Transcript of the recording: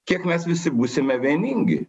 kiek mes visi būsime vieningi